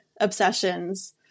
obsessions